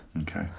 Okay